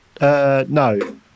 No